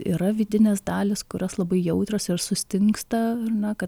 yra vidinės dalys kurios labai jautrios ir sustingsta na kad